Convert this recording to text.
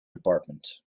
department